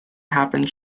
happened